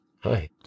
Hi